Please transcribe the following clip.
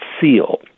seal